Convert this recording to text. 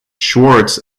schwarz